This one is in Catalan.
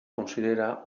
considera